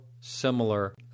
similar